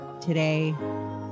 today